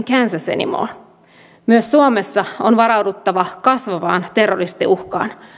kansas anymore myös suomessa on varauduttava kasvavaan terroristiuhkaan